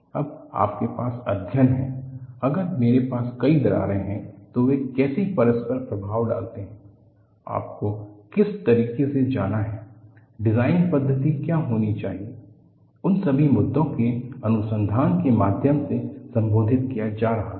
अब आपके पास अध्ययन है अगर मेरे पास कई दरारें हैं तो वे कैसे परस्पर प्रभाव डालते हैं आपको किस तरीके से जाना है डिजाइन पद्धति क्या होनी चाहिए उन सभी मुद्दों को अनुसंधान के माध्यम से संबोधित किया जा रहा है